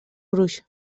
gruix